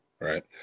Right